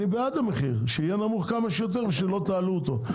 אני בעד המחיר שיהיה נמוך כמה שיותר ולא תעלו אותו.